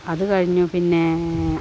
അതുകഴിഞ്ഞു പിന്നേ